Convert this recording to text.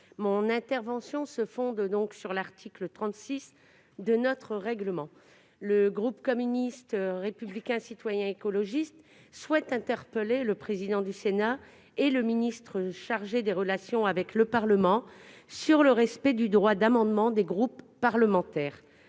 au règlement. Sur le fondement de l'article 36 de notre règlement, le groupe communiste républicain citoyen et écologiste souhaite interpeller le président du Sénat et le ministre chargé des relations avec le Parlement sur le respect du droit d'amendement des groupes parlementaires.